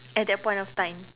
at that point of time